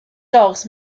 dogs